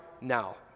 now